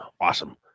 awesome